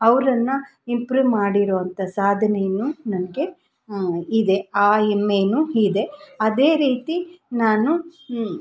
ಅವ್ರನ್ನು ಇಂಪ್ರೂವ್ ಮಾಡಿರೋಂಥ ಸಾಧನೆಯನ್ನು ನನಗೆ ಇದೆ ಆ ಹೆಮ್ಮೆಯೂ ಇದೆ ಅದೇ ರೀತಿ ನಾನು